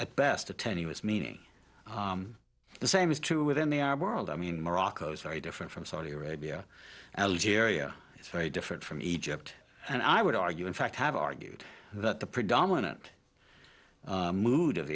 at best a tenuous meaning the same is true within the arab world i mean morocco is very different from saudi arabia algeria it's very different from egypt and i would argue in fact have argued that the predominant mood of